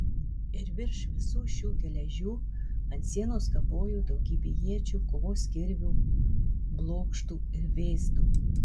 ir virš visų šių geležių ant sienos kabojo daugybė iečių kovos kirvių blokštų ir vėzdų